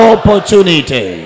Opportunity